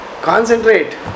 Concentrate